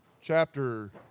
chapter